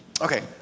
Okay